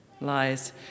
lies